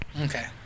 Okay